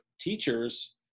teachers